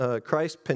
Christ